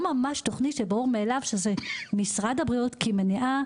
כי זו לא ממש תוכנית שברור מאליו שמשרד הבריאות כמניעה,